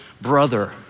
brother